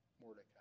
Mordecai